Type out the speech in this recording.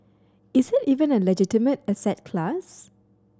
is it even a legitimate asset class